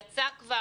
יצא כבר?